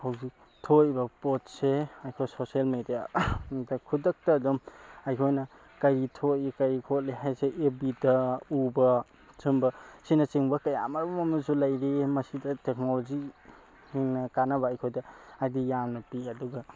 ꯍꯧꯖꯤꯛ ꯊꯣꯛꯂꯤꯕ ꯄꯣꯠꯁꯦ ꯑꯩꯈꯣꯏ ꯁꯣꯁꯦꯜ ꯃꯦꯗꯤꯌꯥ ꯗ ꯈꯨꯗꯛꯇ ꯑꯗꯨꯝ ꯑꯩꯈꯣꯏꯅ ꯀꯔꯤ ꯊꯣꯛꯂꯤ ꯀꯔꯤ ꯈꯣꯠꯂꯤ ꯍꯥꯏꯕꯁꯦ ꯑꯦꯞ ꯕꯤꯗ ꯎꯕ ꯁꯨꯒꯨꯝꯕ ꯑꯁꯤꯅ ꯆꯤꯡꯕ ꯀꯌꯥ ꯃꯔꯨꯝ ꯑꯃꯁꯨ ꯂꯩꯔꯤ ꯃꯁꯤꯗ ꯇꯦꯛꯅꯣꯂꯣꯖꯤ ꯁꯤꯡꯅ ꯀꯥꯟꯅꯕ ꯑꯩꯈꯣꯏꯗ ꯍꯥꯏꯕꯗꯤ ꯌꯥꯝꯅ ꯄꯤ ꯑꯗꯨꯒ